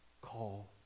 call